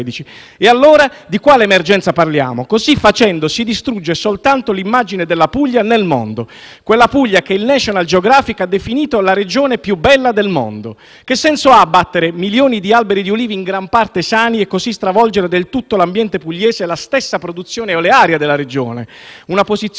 E, allora, di quale emergenza parliamo? Così facendo si distrugge soltanto l'immagine della Puglia nel mondo, quella Puglia che il *National Geographic* ha definito la Regione più bella del mondo. Che senso ha abbattere milioni di alberi di ulivi in gran parte sani e così stravolgere del tutto l'ambiente pugliese e la stessa produzione olearia della Regione? Una posizione